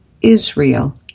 Israel